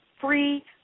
free